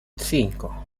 cinco